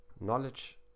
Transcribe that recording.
Knowledge